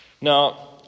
Now